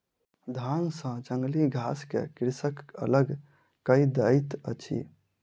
धान सॅ जंगली घास के कृषक अलग कय दैत अछि